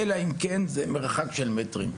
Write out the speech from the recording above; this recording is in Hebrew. אלא אם מדובר במרחק של מטרים.